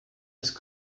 ist